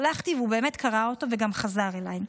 שלחתי, והוא באמת קרא אותו וגם חזר אליי.